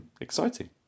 exciting